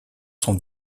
sont